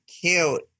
cute